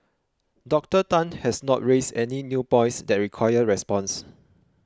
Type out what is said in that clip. Doctor Tan has not raised any new points that require response